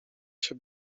się